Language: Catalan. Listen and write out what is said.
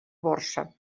borsa